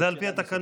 זה על פי התקנון.